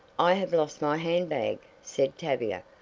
i have lost my hand bag, said tavia.